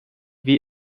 wie